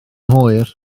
hwyr